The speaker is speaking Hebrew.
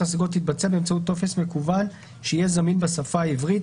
תתבצע באמצעות טופס מקוון שיהיה זמין בשפה העברית,